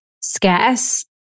scarce